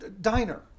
Diner